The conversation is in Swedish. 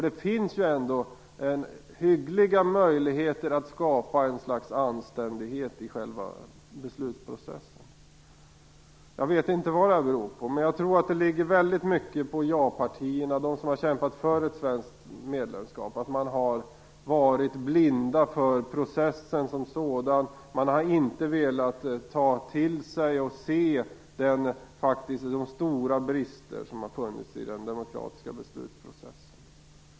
Det finns ju ändå hyggliga möjligheter att skapa en slags anständighet i själva beslutsprocessen. Jag vet inte varför det är så här, men jag tror att det till stor del beror på ja-partierna, som har kämpat för ett svenskt medlemskap. De har varit blinda för processen som sådan. De har inte velat ta till sig och faktiskt se de stora brister som har funnits i den demokratiska beslutsprocessen.